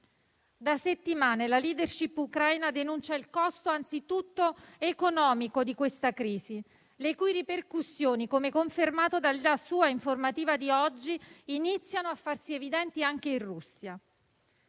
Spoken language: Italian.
Da settimane la *leadership* ucraina denuncia il costo anzitutto economico di questa crisi, le cui ripercussioni - come confermato dalla sua informativa di oggi - iniziano a farsi evidenti anche in Russia.